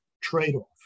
trade-off